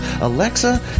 Alexa